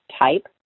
type